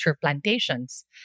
plantations